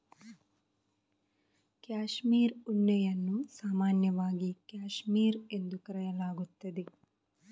cashmere ಉಣ್ಣೆಯನ್ನು ಸಾಮಾನ್ಯವಾಗಿ cashmere ಎಂದು ಕರೆಯಲಾಗುತ್ತದೆ